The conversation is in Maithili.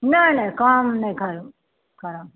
नहि नहि कम नहि करऽ करब